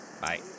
bye